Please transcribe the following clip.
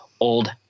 Old